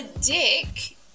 dick